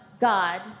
God